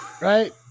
Right